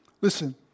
Listen